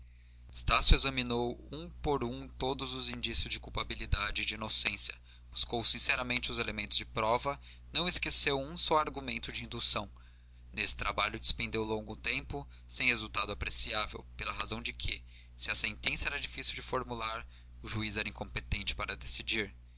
estácio examinou um por um todos os indícios de culpabilidade e de inocência buscou sinceramente os elementos de prova não esqueceu um só argumento de indução nesse trabalho despendeu longo tempo sem resultado apreciável pela razão de que se a sentença era difícil de formular o juiz era incompetente para decidir